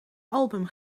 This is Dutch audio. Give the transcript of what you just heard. album